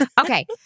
Okay